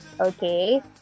okay